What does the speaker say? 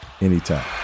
Anytime